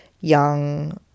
young